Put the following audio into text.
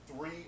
Three